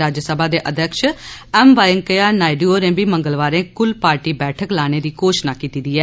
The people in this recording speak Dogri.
राज्यसभा दे अध्यक्ष एम वैंकेय्या नायडू होरें बी मंगलवारें कूल पार्टी बैठक लाने दी घोषणा कीती दी ऐ